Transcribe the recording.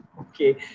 Okay